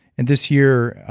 and this year,